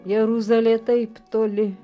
jeruzalė taip toli